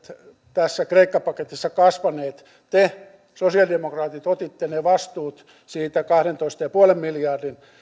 tässä kreikka paketissa kasvaneet te sosialidemokraatit otitte ne ne vastuut siitä kahdentoista pilkku viiden miljardin